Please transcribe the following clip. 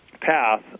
path